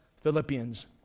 philippians